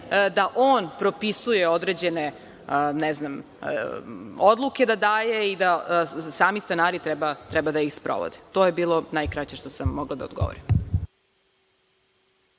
da on propisuje određene, ne znam, odluke da daje i da sami stanari treba da ih sprovode. To je bilo najkraće što sam mogla da odgovorim.